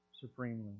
supremely